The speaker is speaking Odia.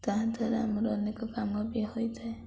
ତାହାଦ୍ୱାରା ଆମର ଅନେକ କାମ ବି ହୋଇଥାଏ